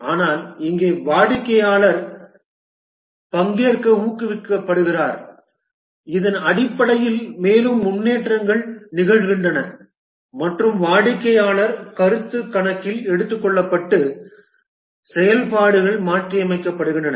ஆனால் இங்கே வாடிக்கையாளர் பங்கேற்க ஊக்குவிக்கப்படுகிறார் இதன் அடிப்படையில் மேலும் முன்னேற்றங்கள் நிகழ்கின்றன மற்றும் வாடிக்கையாளர் கருத்து கணக்கில் எடுத்துக்கொள்ளப்பட்டு செயல்பாடுகள் மாற்றியமைக்கப்படுகின்றன